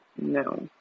No